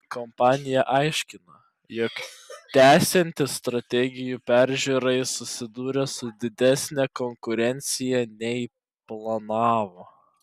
kompanija aiškina jog tęsiantis strategijų peržiūrai susidūrė su didesne konkurencija nei planavo